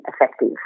effective